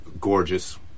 gorgeous